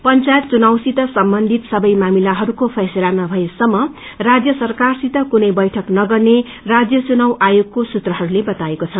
पंचायत चुनावसित सम्बन्धित सबै मामिलाहरूको फैसला नभएसम्म राज्य सरकारसित कूनै बैठक नगर्ने राज्य चुनाव आयोगका सूत्रहरूले वताएको छ